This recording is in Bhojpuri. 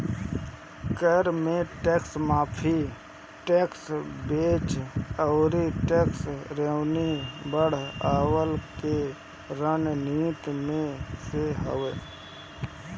कर में टेक्स माफ़ी, टेक्स बेस अउरी टेक्स रेवन्यू बढ़वला के रणनीति में से हवे